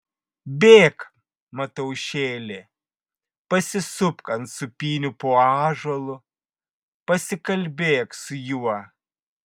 bėk mataušėli pasisupk ant sūpynių po ąžuolu pasikalbėk su juo